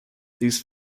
these